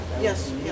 Yes